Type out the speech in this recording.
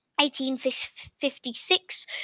1856